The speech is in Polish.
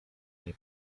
nie